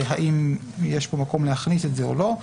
האם יש פה מקום להכניס את זה או לא.